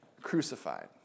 crucified